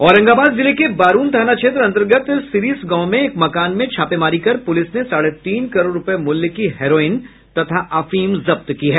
औरंगाबाद जिले के बारूण थाना क्षेत्र अंतर्गत सीरिस गांव में एक मकान में छापेमारी कर प्रुलिस ने साढ़े तीन करोड़ रूपये मूल्य की हेरोईन तथा अफीम जब्त की है